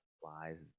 flies